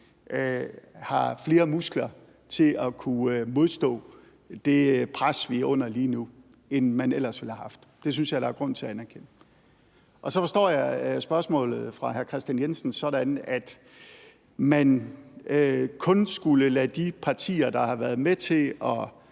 havde flere muskler til at kunne modstå det pres, vi er under lige nu, end man ellers ville have haft. Det synes jeg der er grund til at anerkende. Så forstår jeg spørgsmålet fra hr. Kristian Jensen sådan, at man kun skulle lade de partier, der har været med til at